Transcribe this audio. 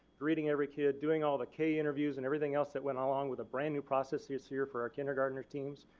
greeting every kid, doing all the k interviews and everything else that went along with a brand new process this year for our kindergartner teams.